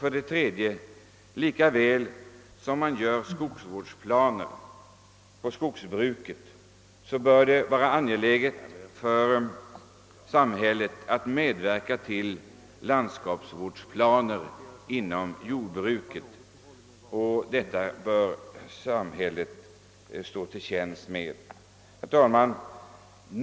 För det tredje bör det vara angeläget för samhället att, lika väl som man gör upp skogsvårdsplaner för skogsbruket, medverka = till landskapsvårdsplaner inom jordbruket. Detta är något som samhället bör stå till tjänst med. Herr talman!